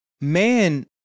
man